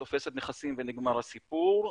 תופסת נכסים ונגמר הסיפור,